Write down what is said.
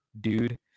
dude